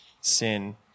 sin